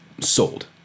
Sold